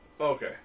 Okay